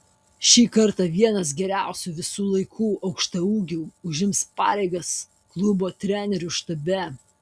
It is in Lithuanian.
šį kartą vienas geriausių visų laikų aukštaūgių užims pareigas klubo trenerių štabe